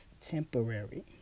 temporary